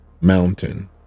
mountain